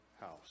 house